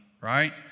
right